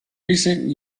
recent